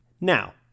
Now